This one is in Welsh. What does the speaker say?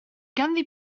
ganddi